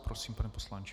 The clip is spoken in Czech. Prosím, pane poslanče.